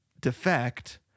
defect